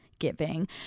giving